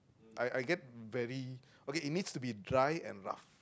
I I get very okay it needs to be dried and rough